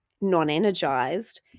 non-energized